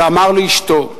ואמר לאשתו: